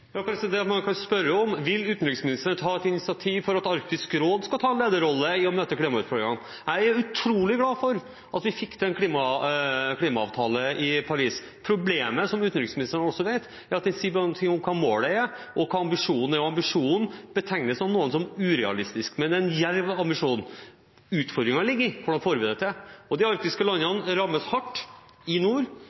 at Arktisk råd skal ta en lederrolle i å møte klimautfordringene? Jeg er utrolig glad for at vi fikk en klimaavtale i Paris. Problemet – som utenriksministeren også vet – er at den bare sier noe om hva målet er, og hva ambisjonen er. Ambisjonen betegnes av noen som urealistisk, men det er en djerv ambisjon. Utfordringen ligger i hvordan vi får det til. De arktiske landene rammes hardt i nord,